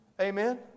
Amen